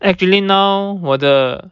actually now 我的